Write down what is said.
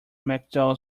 macdougall